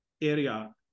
area